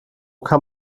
kann